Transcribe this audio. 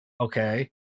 Okay